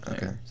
Okay